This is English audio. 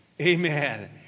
Amen